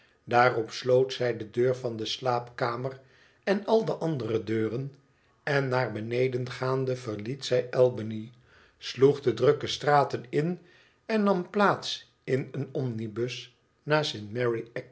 daarop sloot zij de deur van de slaapkamer en al de andere deuren en naar beneden gaande verliet zij albany sloeg de drukke straten in en nam plaats in een